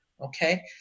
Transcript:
okay